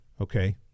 Okay